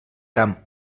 camp